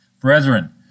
Brethren